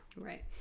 Right